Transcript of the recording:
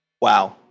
Wow